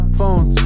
Phones